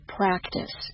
practice